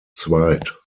zweit